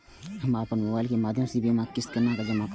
हम अपन मोबाइल के माध्यम से बीमा के किस्त के जमा कै सकब?